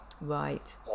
Right